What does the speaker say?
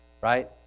right